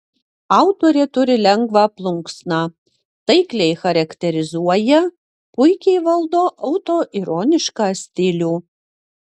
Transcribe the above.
autorė turi lengvą plunksną taikliai charakterizuoja puikiai valdo autoironišką stilių